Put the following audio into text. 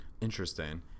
Interesting